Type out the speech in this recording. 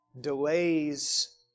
delays